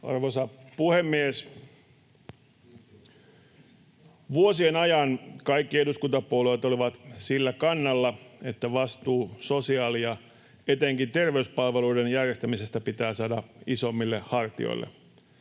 Arvoisa puhemies! Vuosien ajan kaikki eduskuntapuolueet olivat sillä kannalla, että vastuu sosiaali- ja etenkin terveyspalveluiden järjestämisestä pitää saada isommille hartioille.